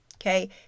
Okay